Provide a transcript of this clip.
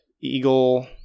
Eagle